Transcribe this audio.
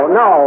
no